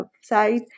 side